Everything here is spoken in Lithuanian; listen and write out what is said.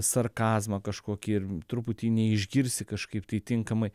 sarkazmą kažkokį ir truputį neišgirsi kažkaip tai tinkamai